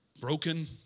broken